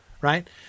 right